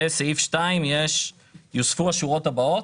ובסעיף 2 יש "יוספו השורות הבאות".